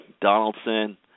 Donaldson